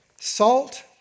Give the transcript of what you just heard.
salt